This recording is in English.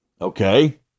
Okay